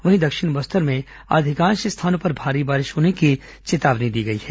वहीं दक्षिण बस्तर में अधिकांश स्थानों पर भारी बारिश होने की चेतावनी दी गई है